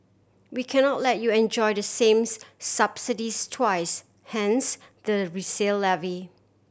we cannot let you enjoy the sames subsidies twice hence the resale levy